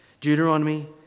Deuteronomy